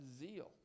zeal